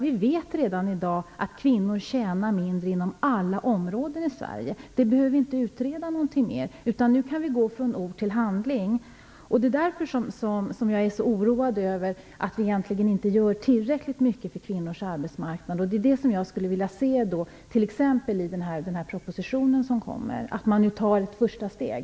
Vi vet redan i dag att kvinnor tjänar mindre inom alla arbetsmarknadens områden i Sverige. Vi behöver inte utreda den saken mer, utan nu kan vi gå från ord till handling. Det är därför jag är så oroad över att vi egentligen inte gör tillräckligt mycket för kvinnors arbetsmarknad. Jag skulle vilja se mer av det, t.ex. i den proposition som kommer, att man där nu tar ett första steg.